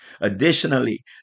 Additionally